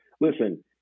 Listen